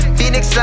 Phoenix